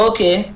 Okay